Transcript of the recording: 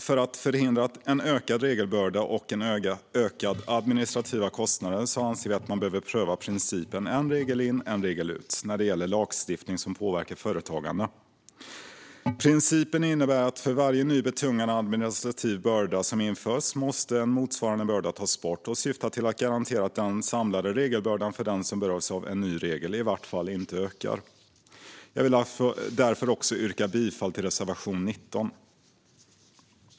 För att förhindra en ökad regelbörda och ökade administrativa kostnader anser vi att man behöver pröva principen "en regel in, en regel ut" när det gäller lagstiftning som påverkar företagande - för varje ny betungande administrativ börda som införs måste en motsvarande börda tas bort. Principen syftar till att garantera att den samlade regelbördan för den som berörs av en ny regel i varje fall inte ökar. Jag vill därför yrka bifall till reservation 19.